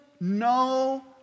no